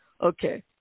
Okay